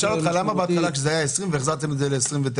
למה בהתחלה זה היה 20 והחזרתם את זה ל-29?